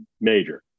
major